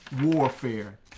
warfare